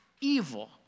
evil